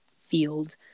field